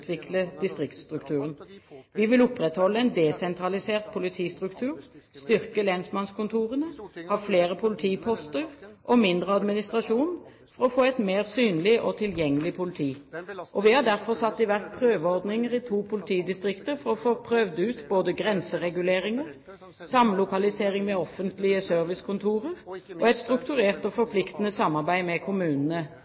vil opprettholde en desentralisert politistruktur, styrke lensmannskontorene, ha flere politiposter og mindre administrasjon for å få et mer synlig og tilgjengelig politi. Vi har derfor satt i verk prøveordninger i to politidistrikter for å få prøvd ut både grensereguleringer, samlokalisering med offentlige servicekontorer og et strukturert og